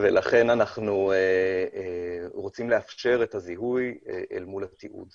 ולכן אנחנו רוצים לאפשר את הזיהוי אל מול התיעוד.